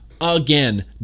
again